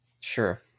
Sure